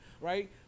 Right